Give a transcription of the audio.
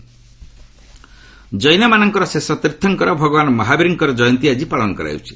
ମହାବୀର ଜୟନ୍ତୀ ଜୈନମାନଙ୍କର ଶେଷ ତୀର୍ଥଙ୍କର ଭଗବାନ ମହାବୀରଙ୍କର ଜୟନ୍ତୀ ଆଜି ପାଳନ କରାଯାଉଛି